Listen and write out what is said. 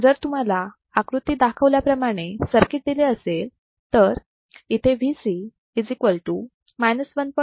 जर तुम्हाला आकृतीत दाखवल्याप्रमाणे सर्किट दिले असेल तर इथे Vc 1